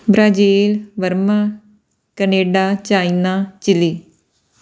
Brazil Burma Canada China Chile